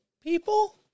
people